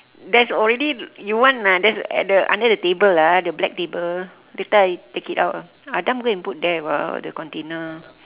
there's already you want ah there's at the under the table lah the black table later I take it out ah Adam go and put there [what] the container